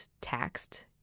taxed